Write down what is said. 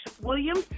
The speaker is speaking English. Williams